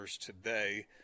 today